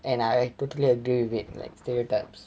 and I totally agree with it like stereotypes